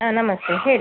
ಹಾಂ ನಮಸ್ತೆ ಹೇಳಿ